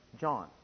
John